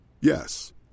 Yes